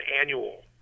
annual